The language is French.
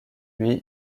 lui